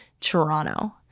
Toronto